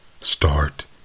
Start